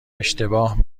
اشتباه